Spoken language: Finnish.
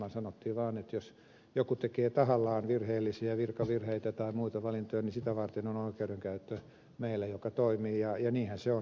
sanottiin vaan että jos joku tekee tahallaan virkavirheitä tai muita virheellisiä valintoja niin sitä varten on oikeudenkäyttö meillä joka toimii ja niinhän se on